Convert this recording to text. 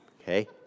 Okay